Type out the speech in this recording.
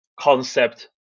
concept